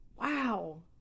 Wow